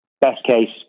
best-case